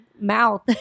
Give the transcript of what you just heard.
mouth